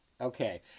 Okay